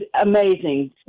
amazing